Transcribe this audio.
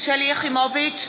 שלי יחימוביץ,